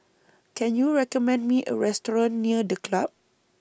Can YOU recommend Me A Restaurant near The Club